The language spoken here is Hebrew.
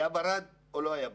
היה ברד או לא היה ברד?